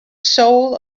soul